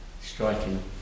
striking